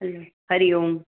hello हरिः ओम्